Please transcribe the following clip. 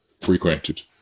frequented